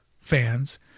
fans